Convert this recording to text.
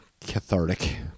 cathartic